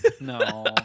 no